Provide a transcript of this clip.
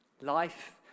Life